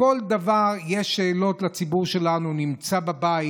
בכל דבר יש שאלות לציבור שלנו שנמצא בבית,